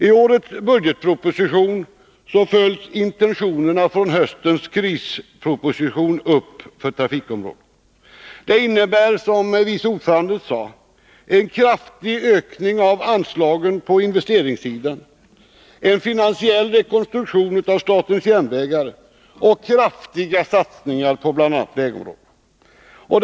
I årets budgetproposition följs intentionerna från höstens krisproposition upp för trafikområdet. Det innebär, som trafikutskottets vice ordförande sade, en kraftig ökning av anslagen på investeringssidan, en finansiell rekonstruktion av statens järnvägar och kraftiga satsningar på bl.a. vägområdet.